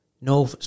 No